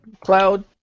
cloud